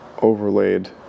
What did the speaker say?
Overlaid